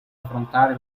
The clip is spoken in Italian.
affrontare